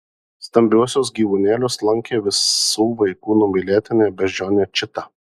stambiuosius gyvūnėlius lankė visų vaikų numylėtinė beždžionė čita